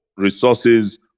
resources